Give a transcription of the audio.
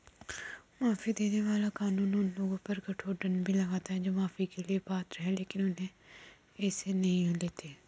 माफी देने वाला कानून उन लोगों पर कठोर दंड भी लगाता है जो माफी के लिए पात्र हैं लेकिन इसे नहीं लेते हैं